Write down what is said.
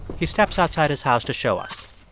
he steps outside his house to show us.